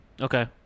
Okay